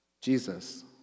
Jesus